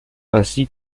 ainsi